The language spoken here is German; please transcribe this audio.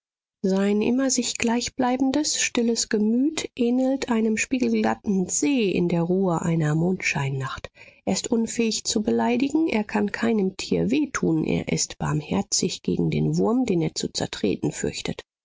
sein immer sich gleichbleibendes stilles gemüt ähnelt einem spiegelglatten see in der ruhe einer mondscheinnacht er ist unfähig zu beleidigen er kann keinem tier weh tun er ist barmherzig gegen den wurm den er zu zertreten fürchtet